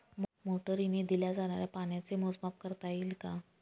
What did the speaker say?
मोटरीने दिल्या जाणाऱ्या पाण्याचे मोजमाप करता येईल का?